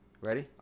Ready